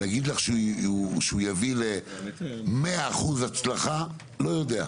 להגיד לך שהוא יביא ל-100 אחוזי הצלחה, לא יודע.